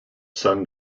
sun